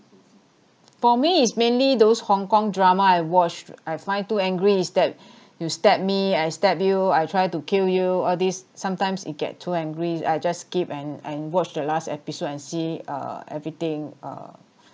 for me it's mainly those Hong-Kong drama I watched I find too angry is that you stab me I stab you I try to kill you all this sometimes it get too angry I just skip and and watch the last episode and see uh everything uh